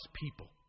people